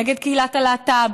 נגד קהילת הלהט"ב,